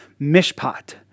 mishpat